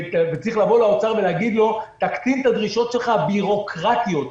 וצריך לבוא לאוצר ולהגיד לו: תקטין את הדרישות הביורוקרטיות שלך,